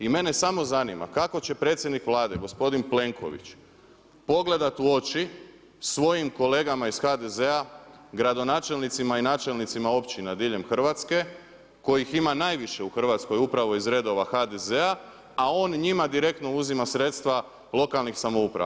I mene samo zanima kako će predsjednik Vlade gospodin Plenković pogledati u oči svojim kolegama iz HDZ-a, gradonačelnicima i načelnicima općina diljem Hrvatske kojih ima najviše u Hrvatskoj upravo iz redova HDZ-a a on njima direktno uzima sredstva lokalnih samouprava.